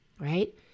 right